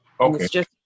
Okay